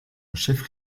chef